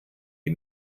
die